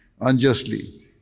unjustly